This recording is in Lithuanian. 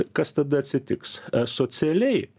kas tada atsitiks socialiai